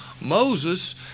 Moses